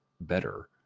better